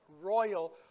royal